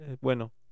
bueno